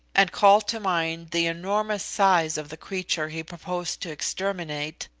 and called to mind the enormous size of the creature he proposed to exterminate,